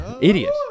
Idiot